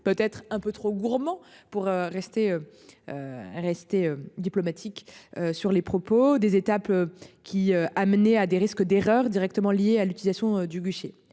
peut-être un peu trop gourmand pour rester. Est rester diplomatique. Sur les propos des étapes qui a mené à des risques d'erreurs directement liés à l'utilisation du guichet